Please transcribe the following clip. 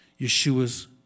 Yeshua's